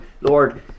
Lord